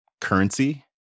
currency